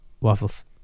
waffles